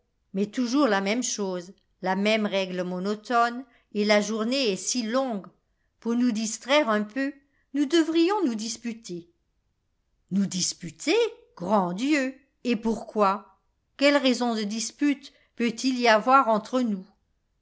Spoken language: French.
mais toujours la même chose la même règle monotone et la journée est si longue pour nous distraire un peu nous devrions nous disputer nous disputer grand dieu et pourquoi quelle raison de dispute peut-il y avoir entre nous